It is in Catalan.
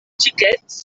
xiquets